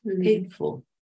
painful